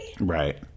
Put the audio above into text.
Right